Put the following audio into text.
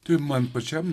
tai man pačiam